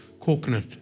coconut